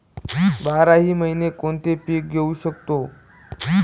बाराही महिने कोणते पीक घेवू शकतो?